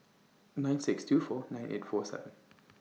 nine six two four nine eight four seven